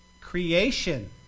creation